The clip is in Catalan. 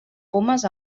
pomes